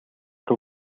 руу